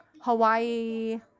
Hawaii